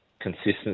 consistency